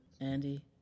Andy